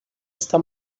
está